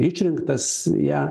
išrinktas ją